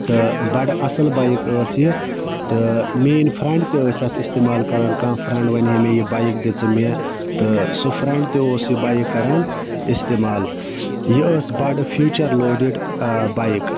تہٕ بَڑٕ اَصٕل بایِک ٲس یہِ تہٕ میٛٲنۍ فرٛٮ۪نڈ تہِ ٲسۍ اَتھ استعمال کران کانٛہہ فرٮ۪نٛڈ وَنہِ ہے مےٚ یہِ بایِک دِ ژٕ مےٚ تہٕ سُہ فرٛٮ۪نڈ تہِ اوس یہِ بایِک کران استعمال یہِ ٲس بَڑٕ فیوٗچَر لوڈِڈ بایِک